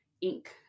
ink